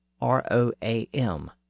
R-O-A-M